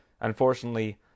Unfortunately